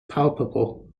palpable